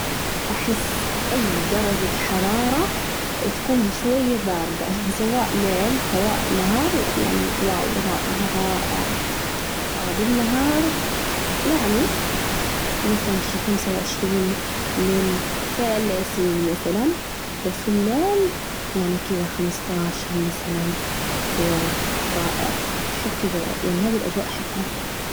أحس أي درجة حرارة تكون شوية باردة، سواء ليل سواء نهار، يعني واو رائع رائع، بالنهار يعني مثلاً شي خمسة وعشرين لين ثلاثين مثلاً، وفي الليل يعني كذا خمسة عشر مثلاً، واو رائع، أحب كذا يعني، هذي الأجواء أحبها.